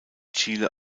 chile